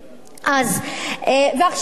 עכשיו באמת,